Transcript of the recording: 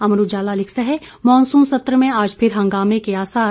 अमर उजाला लिखता है मॉनसून सत्र में आज फिर हंगामे के आसार